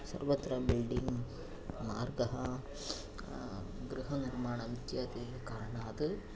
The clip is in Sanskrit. सर्वत्र बिल्डिङ्ग् मार्गः गृहनिर्माणम् इत्यादिकारणात्